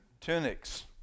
tunics